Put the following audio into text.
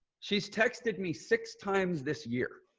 she's texted me six times this year.